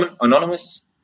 anonymous